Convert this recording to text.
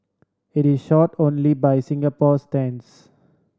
it is short only by Singapore standards